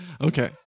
Okay